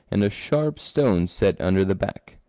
and a sharp stone set under the back.